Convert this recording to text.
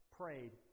prayed